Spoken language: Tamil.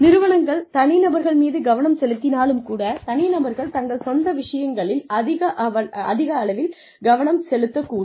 நிறுவனங்கள் தனிநபர்கள் மீது கவனம் செலுத்தினாலும் கூட தனிநபர்கள் தங்கள் சொந்த விஷயங்களில் அதிக அளவில் கவனம் செலுத்தக்கூடும்